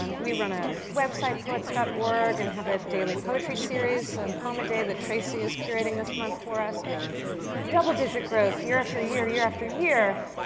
um we run a website, poets org, and have a daily poetry series, and poem a day that tracy is curating this month for us double-digit growth year after year, year after year.